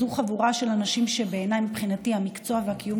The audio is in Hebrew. זו חבורה של אנשים שמבחינתי המקצוע והקיום